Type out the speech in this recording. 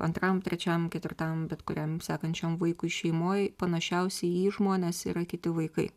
antram trečiam ketvirtam bet kuriam sekančiam vaikui šeimoj panašiausi į jį žmonės yra kiti vaikai